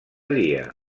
dia